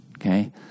okay